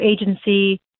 agency